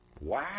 Wow